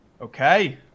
Okay